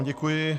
Děkuji.